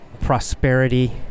prosperity